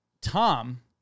Tom